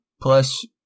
plus